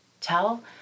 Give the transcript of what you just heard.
tell